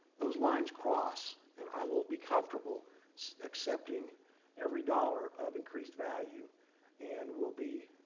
those lines cross and i won't be comfortable accepting every dollar of increased value and will be